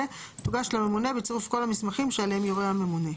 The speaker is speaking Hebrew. תוגש לממונה בצירוף כל המסמכים שעליהם יורה הממונה,